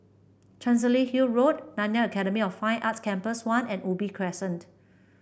Chancery Hill Road Nanyang Academy of Fine Arts Campus One and Ubi Crescent